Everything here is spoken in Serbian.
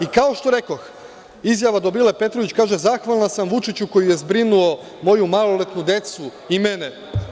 I, kao što rekoh, izjava Dobrile Petrović, kaže – zahvalna sam Vučiću koji je zbrinuo moju maloletnu decu i mene.